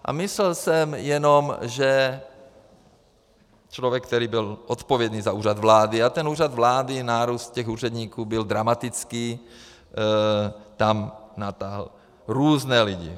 A myslel jsem jenom, že člověk, který byl odpovědný za Úřad vlády, a ten Úřad vlády, nárůst těch úředníků byl dramatický, tam natáhl různé lidi.